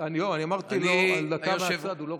אמרתי לו דקה מהצד, הוא לא רצה.